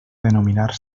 denominar